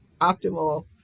optimal